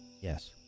Yes